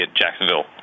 Jacksonville